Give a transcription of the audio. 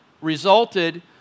resulted